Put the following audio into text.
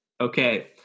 Okay